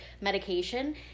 medication